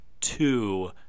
two